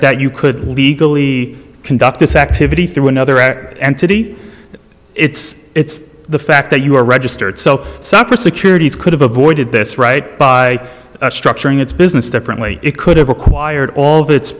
that you could legally conduct this activity through another act entity it's it's the fact that you are registered so supper securities could have avoided this right by structuring its business differently it could have acquired all of its